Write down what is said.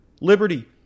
liberty